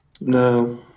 No